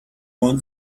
one